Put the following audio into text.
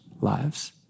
lives